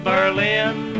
Berlin